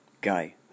guy